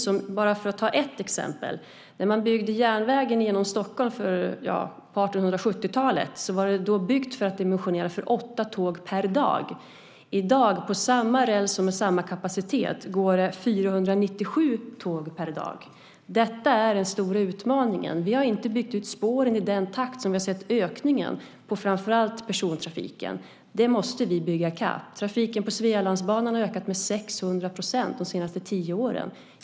Jag kan ta ett exempel. När man byggde järnvägen genom Stockholm på 1870-talet var det byggt och dimensionerat för åtta tåg per dag. I dag på samma räls och med samma kapacitet går det 497 tåg per dag. Detta är den stora utmaningen. Vi har inte byggt ut spåren i den takt som vi har sett ökningen på framför allt persontrafiken. Det måste vi bygga i kapp. Trafiken på Svealandsbanan har ökat med 600 % de senaste tio åren.